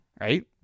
right